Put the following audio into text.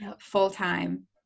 full-time